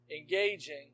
engaging